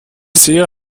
sehe